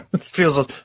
feels